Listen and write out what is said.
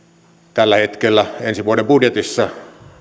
tällä hetkellä ensi vuoden budjetissa